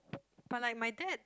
but like my dad